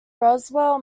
roswell